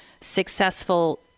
successful